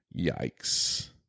Yikes